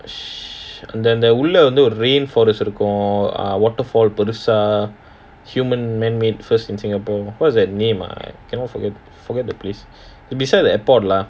sh~ and then the அந்த அந்த உள்ள வந்து:andha andha ulla vandhu rainforest இருக்கும்:irukkum err waterfall பெருசா:perusaa human man-made first in singapore what's that name ah I cannot forget I forget the place it's beside the airport lah